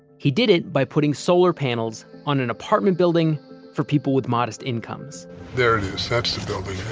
he did it by putting solar panels on an apartment building for people with modest incomes there it is, that's the building there.